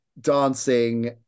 dancing